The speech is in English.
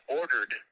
ordered